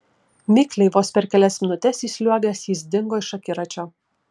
mikliai vos per kelias minutes įsliuogęs jis dingo iš akiračio